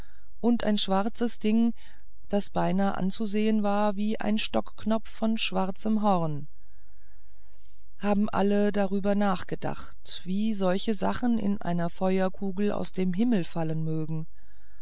und ein schwarzes ding das beinahe anzusehen war wie ein stockknopf von schwarzem horn haben alle darüber nachgedacht wie solche sachen in einer feuerkugel aus dem himmel fallen mögen